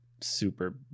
super